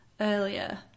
earlier